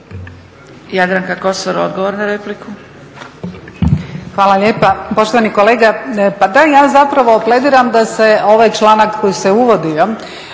Jadranka Kosor, odgovor na repliku.